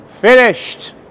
finished